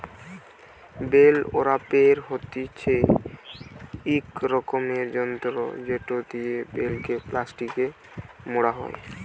bell wrapper হতিছে ইক রকমের যন্ত্র জেটো দিয়া বেল কে প্লাস্টিকে মোড়া হই